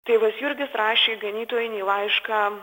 tėvas jurgis rašė ganytojinį laišką